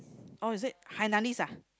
oh is it Hainanese ah